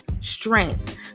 strength